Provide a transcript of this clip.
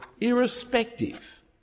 irrespective